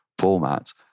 formats